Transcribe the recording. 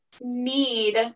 need